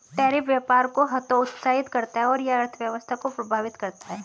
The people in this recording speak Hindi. टैरिफ व्यापार को हतोत्साहित करता है और यह अर्थव्यवस्था को प्रभावित करता है